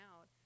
out